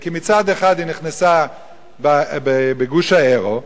כי מצד אחד היא נכנסה לגוש היורו,